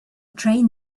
train